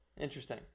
Interesting